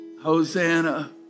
Hosanna